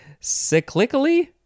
cyclically